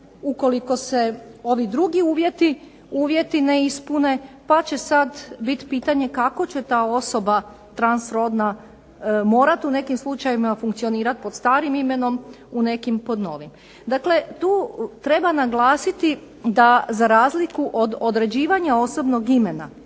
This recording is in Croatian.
ukoliko se ovi drugi uvjeti ne ispune pa će sad biti pitanje kako će ta osoba transrodna morati u nekim slučajevima funkcionirati pod starim imenom, u nekim pod novim. Dakle, tu treba naglasiti da za razliku od određivanja osobnog imena